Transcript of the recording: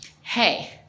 hey